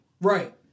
right